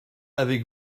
avec